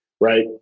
Right